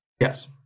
Yes